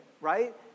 right